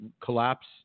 collapse